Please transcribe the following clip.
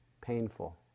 painful